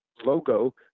logo